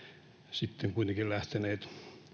sitten kuitenkin lähteneet